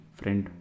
friend